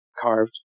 carved